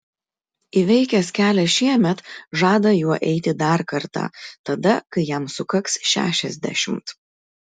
įveikęs kelią šiemet žada juo eiti dar kartą tada kai jam sukaks šešiasdešimt